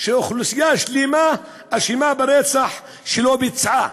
שאוכלוסייה שלמה אשמה ברצח שלא ביצעה.